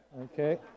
Okay